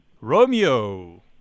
Romeo